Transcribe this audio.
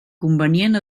convenient